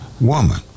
woman